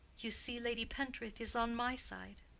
you see lady pentreath is on my side.